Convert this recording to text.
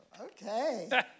Okay